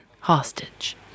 hostage